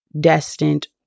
destined